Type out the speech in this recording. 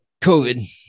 covid